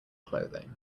clothing